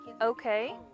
okay